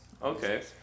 Okay